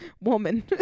woman